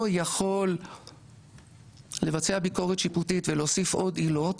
יכול לבצע ביקורת שיפוטית ולהוסיף עוד עילות,